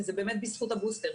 וזה באמת בזכות הבוסטר.